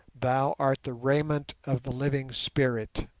thou art the raiment of the living spirit.